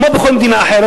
כמו בכל מדינה אחרת,